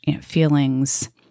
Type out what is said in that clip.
feelings